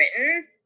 written